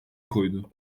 koydu